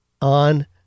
on